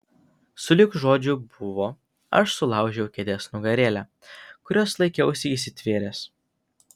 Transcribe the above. sulig žodžiu buvo aš sulaužiau kėdės nugarėlę kurios laikiausi įsitvėręs